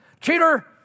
Cheater